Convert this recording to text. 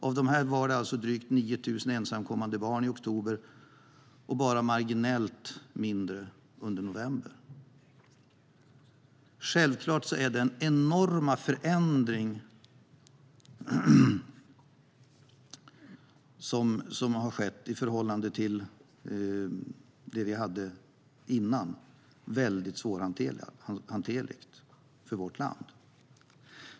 Av dessa var drygt 9 000 ensamkommande barn under oktober och bara marginellt färre under november. Självklart är den enorma förändring som har skett väldigt svårhanterlig för vårt land.